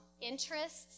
interests